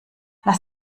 lass